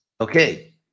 Okay